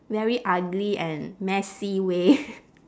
very ugly and messy way